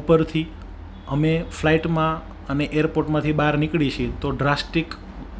ઉપરથી અમે ફ્લાઈટમાં અને એરપોર્ટમાંથી બહાર નીકળી છીએ તો ડ્રાસ્ટિક